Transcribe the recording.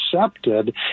accepted